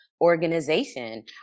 organization